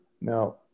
Now